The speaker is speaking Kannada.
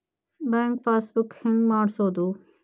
ಬ್ಯಾಂಕ್ ಪಾಸ್ ಬುಕ್ ಹೆಂಗ್ ಮಾಡ್ಸೋದು?